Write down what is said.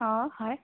হয়